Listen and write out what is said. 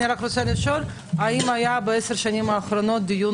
אני רק רוצה לשאול: האם היה בעשר השנים האחרונות דיון